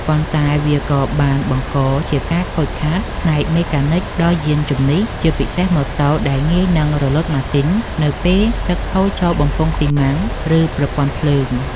ប៉ុន្តែវាក៏បានបង្កជាការខូចខាតផ្នែកមេកានិកដល់យានជំនិះ ជាពិសេសម៉ូតូដែលងាយនឹងរលត់ម៉ាស៊ីននៅពេលទឹកហូរចូលបំពង់ស៊ីម៉ាំង ឬប្រព័ន្ធភ្លើង។